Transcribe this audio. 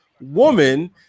woman